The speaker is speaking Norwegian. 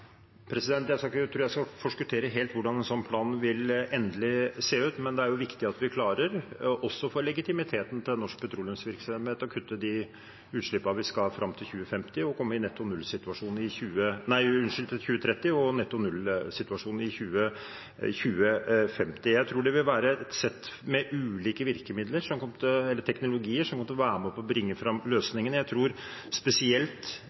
Jeg tror ikke jeg skal forskuttere helt hvordan en sånn plan vil se ut endelig, men det er viktig at vi klarer, også for legitimiteten til norsk petroleumsvirksomhet, å kutte de utslippene vi skal, fram til 2030 og komme i netto null-situasjonen i 2050. Jeg tror det vil være sett med ulike virkemidler eller teknologier som kommer til å være med på å bringe fram